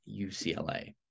UCLA